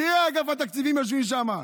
בכירי אגף התקציבים יושבים שם.